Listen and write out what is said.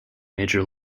major